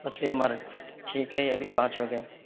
پس مرگ ٹھیک ہے یہ بھی پانچ ہوگئے